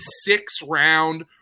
six-round